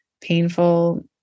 painful